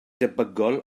debygol